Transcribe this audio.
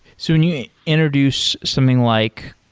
so when you introduce something like